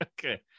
Okay